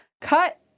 Cut